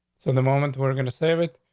so the moment. we're going to save it.